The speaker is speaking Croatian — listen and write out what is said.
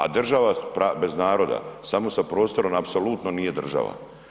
A država bez naroda samo sa prostorom apsolutno nije država.